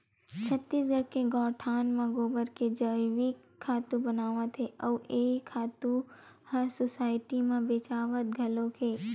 छत्तीसगढ़ के गोठान म गोबर के जइविक खातू बनावत हे अउ ए खातू ह सुसायटी म बेचावत घलोक हे